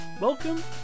Welcome